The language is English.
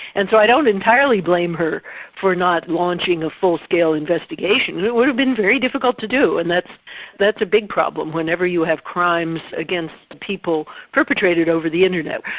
and so i don't entirely blame her for not launching a full-scale investigation and it would have been very difficult to do. and that's that's a big problem, whenever you have crimes against people perpetrated over the internet.